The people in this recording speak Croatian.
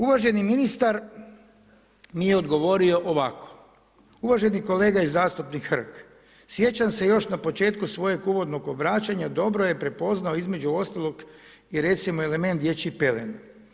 Uvaženi ministar mi je odgovorio ovako: uvaženi kolega i zastupnik Hrg, sjećam se još na početku svojeg uvodnog obraćanja dobro je prepoznao između ostalog i recimo, element dječjih pelena.